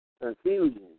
confusion